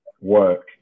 work